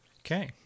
Okay